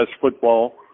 football